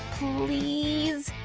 please?